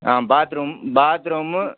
ah bathroom bathroom